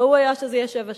ראוי היה שזה יהיה שבע שנים.